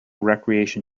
recreation